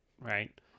right